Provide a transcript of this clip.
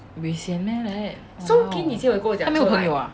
buay sian meh like that !walao! 她没有朋友啊